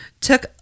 took